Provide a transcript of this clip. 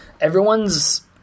everyone's